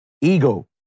ego